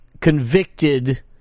convicted